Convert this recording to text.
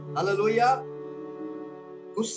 Hallelujah